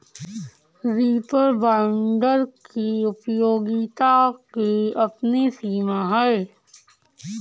reaper binder की उपयोगिता की अपनी सीमा है